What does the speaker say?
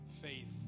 faith